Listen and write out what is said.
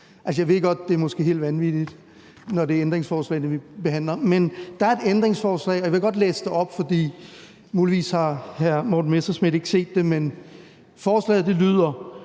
Jeg ved godt, at det måske er helt vanvittigt, når det er ændringsforslagene, vi behandler, men der er et ændringsforslag, og jeg vil godt læse det op, for muligvis har hr. Morten Messerschmidt ikke set det. Forslaget lyder: